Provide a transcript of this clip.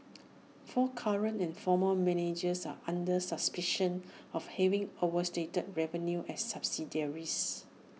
four current and former managers are under suspicion of having overstated revenue at subsidiaries